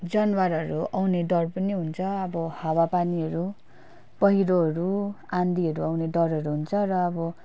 जनावरहरू आउने डर पनि हुन्छ अब हावा पानीहरू पैह्रोहरू आँधीहरू आउने डरहरू हुन्छ र अब